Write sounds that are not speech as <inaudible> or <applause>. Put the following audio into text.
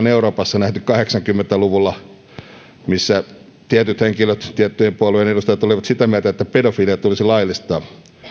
<unintelligible> euroopassa nähty kahdeksankymmentä luvulla kun tietyt henkilöt tiettyjen puolueiden edustajat olivat sitä mieltä että pedofilia tulisi laillistaa